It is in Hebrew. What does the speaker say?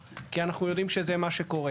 אנחנו כמובן ניקח את זה עלינו איפה שצריך.